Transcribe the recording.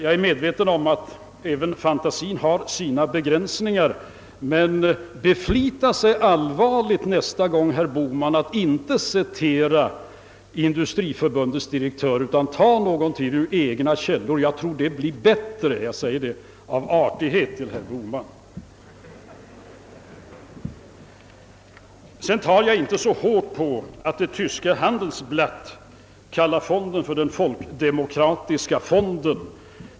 Jag är medveten om att även fantasien har sin begränsning, men beflita Er allvarligt nästa gång, herr Bohman, om att inte bara citera Industriförbundets direktör, utan tag någonting ur egna källor! Jag tror det blir bättre — detta säger jag av artighet mot herr Bohman. Jag tar inte så hårt på att det tyska Handelsblatt kallar fonden för den folkdemokratiska fonden.